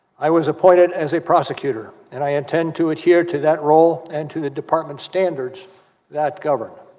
i was appointed as a prosecutor and i intend to adhere to that role into the department standards that govern